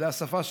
השפה שלנו.